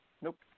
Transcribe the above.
nope